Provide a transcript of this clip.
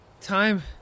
Time